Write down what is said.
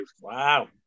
Wow